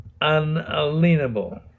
unalienable